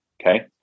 Okay